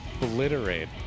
obliterate